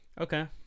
okay